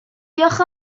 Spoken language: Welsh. diolch